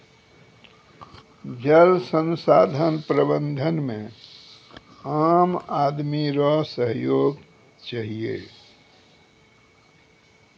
जल संसाधन प्रबंधन मे आम आदमी रो सहयोग चहियो